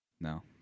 No